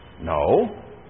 No